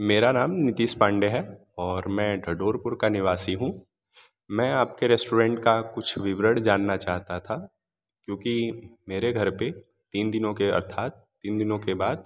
मेरा नाम नीतिश पांडे है और मैं ढंढोरपुर का निवासी हूँ मैं आपके रेस्टोरेंट का कुछ विवरण जानना चाहता था क्योंकि मेरे घर पर तीन दिनों के अर्थात तीन दोनों के बाद